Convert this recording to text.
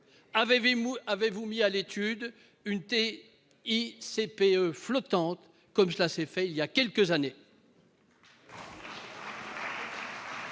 avez-vous mis à l'étude une TICPE flottante, comme cela s'est fait il y a quelques années ?